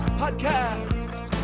podcast